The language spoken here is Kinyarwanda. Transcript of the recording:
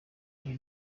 the